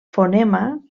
fonema